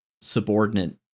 subordinate